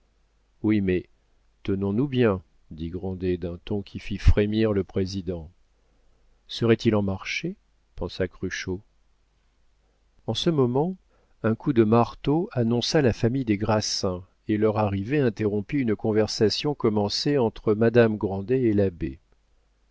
oui mais tenons-nous bien dit grandet d'un ton qui fit frémir le président serait-il en marché pensa cruchot en ce moment un coup de marteau annonça la famille des grassins et leur arrivée interrompit une conversation commencée entre madame grandet et l'abbé